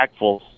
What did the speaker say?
impactful